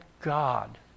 God